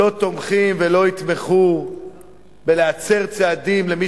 לא תומכים ולא יתמכו בלהצר צעדים של מי